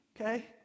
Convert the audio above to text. Okay